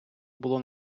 було